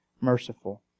merciful